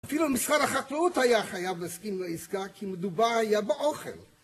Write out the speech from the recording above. אפילו משרד החקלאות היה חייב להסכים לעסקה כי מדובה היה באוכל